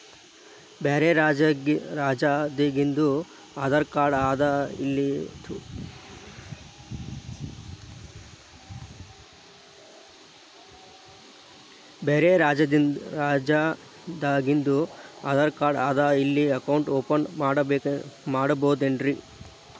ಬ್ಯಾರೆ ರಾಜ್ಯಾದಾಗಿಂದು ಆಧಾರ್ ಕಾರ್ಡ್ ಅದಾ ಇಲ್ಲಿ ಅಕೌಂಟ್ ಓಪನ್ ಮಾಡಬೋದೇನ್ರಿ?